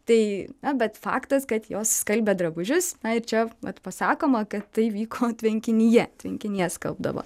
tai na bet faktas kad jos skalbė drabužius na ir čia vat pasakoma kad tai vyko tvenkinyje tvenkinyje skalbdavo